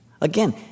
Again